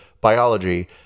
biology